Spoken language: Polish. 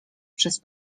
przez